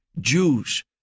Jews